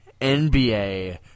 NBA